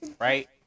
right